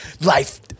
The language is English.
life